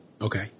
Okay